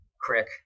Crick